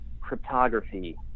cryptography